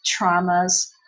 traumas